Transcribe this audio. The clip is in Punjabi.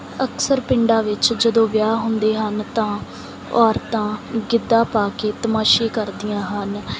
ਅਕਸਰ ਪਿੰਡਾਂ ਵਿੱਚ ਜਦੋਂ ਵਿਆਹ ਹੁੰਦੇ ਹਨ ਤਾਂ ਔਰਤਾਂ ਗਿੱਧਾ ਪਾ ਕੇ ਤਮਾਸ਼ੇ ਕਰਦੀਆਂ ਹਨ